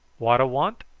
what a want?